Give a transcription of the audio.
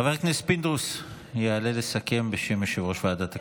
חבר הכנסת פינדרוס יעלה לסכם בשם יושב-ראש ועדת הכספים.